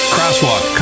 Crosswalk